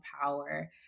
power